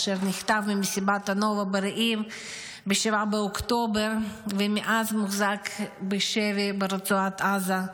אשר נחטף ממסיבת הנובה ברעים ב-7 באוקטובר ומאז מוחזק בשבי ברצועת עזה.